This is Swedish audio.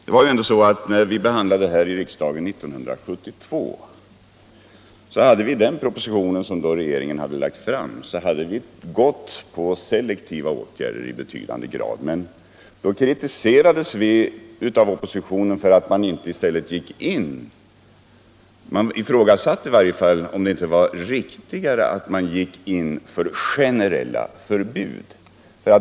Regeringen hade i sin proposition till 1972 års riksdag i betydande grad föreslagit selektiva åtgärder. Men då ifrågasatte oppositionen om det inte var riktigare att vi gick in för ett generellt förbud.